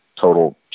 total